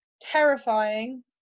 terrifying